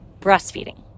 breastfeeding